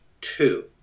two